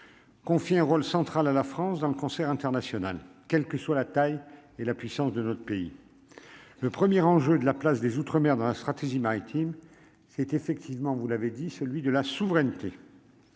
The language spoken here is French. confie un rôle central à la France dans le concert international, quelle que soit la taille et la puissance de notre pays le premier enjeu de la place des outre-mer dans la stratégie maritime c'est effectivement, vous l'avez dit, celui de la souveraineté.